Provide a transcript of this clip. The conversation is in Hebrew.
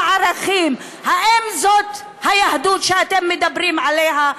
ערכים: האם זאת היהדות שאתם מדברים עליה?